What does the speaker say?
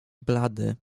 blady